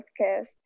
podcast